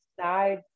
side